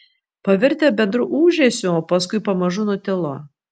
pavirtę bendru ūžesiu o paskui pamažu nutilo